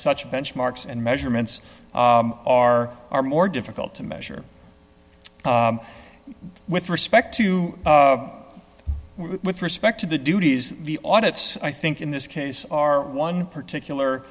such benchmarks and measurements are are more difficult to measure with respect to with respect to the duties the audit's i think in this case are one particular